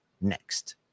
next